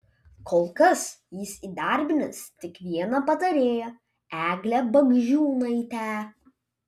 kol kas jis įdarbinęs tik vieną patarėją eglę bagdžiūnaitę